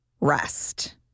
rest